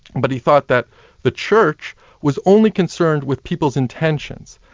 but he thought that the church was only concerned with people's intentions.